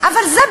אבל זה,